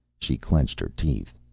she clenched her teeth.